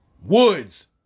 Woods